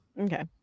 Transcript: okay